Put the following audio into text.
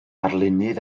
arlunydd